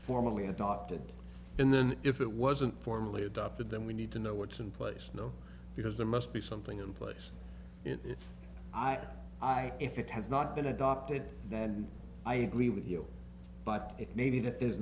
formally adopted and then if it wasn't formally adopted then we need to know what's in place no because there must be something in place if i i if it has not been adopted then i agree with you but it may be that there's